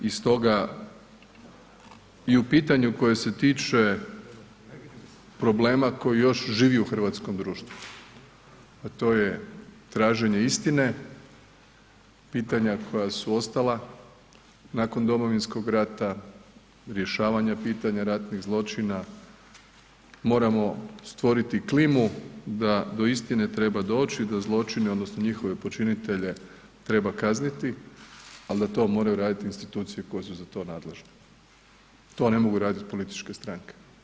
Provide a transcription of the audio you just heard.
I stoga i u pitanju koje se tiče problema koji još živi u hrvatskom društvu, a to je traženje istine, pitanja koja su ostala nakon domovinskog rata, rješavanja pitanja ratnih zločina Moramo stvoriti klimu da do istine treba doći da zločini odnosno njihove počinitelje treba kazniti, al da to moraju raditi institucije koje su za to nadležne, to ne mogu raditi političke stranke.